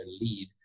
lead